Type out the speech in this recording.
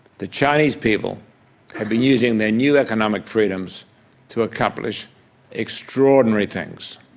the chinese people have been using their new economic freedoms to accomplish extraordinary things.